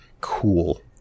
cool